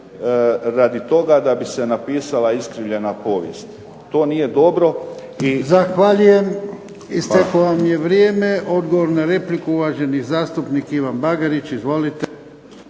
radi toga da bi se napisala iskrivljena povijest. To nije dobro. **Jarnjak, Ivan (HDZ)** Zahvaljujem. Isteklo vam je vrijeme. Odgovor na repliku uvaženi zastupnik Ivan Bagarić. Izvolite.